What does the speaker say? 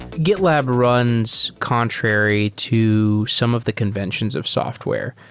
gitlab runs contrary to some of the conventions of software.